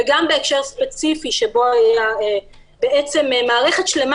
וגם בהקשר ספציפי שבו בעצם הייתה מערכת שלמה